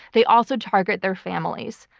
they also target their families.